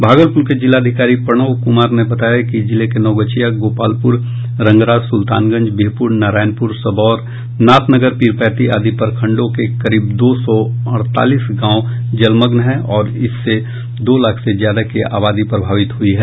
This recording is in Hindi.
भागलपुर के जिलाधिकारी प्रणव कुमार ने बताया कि जिले के नवगछिया गोपालपुर रंगरा सुल्तानगंज बिहपुर नारायणपुर सबौर नाथनगर पीरपैंती आदि प्रखंडों के करीब दो सौ अड़तालीस गांव जलमग्न हैं और इससे दो लाख से ज्यादा की आबादी प्रभावित हुई है